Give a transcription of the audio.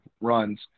runs